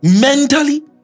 mentally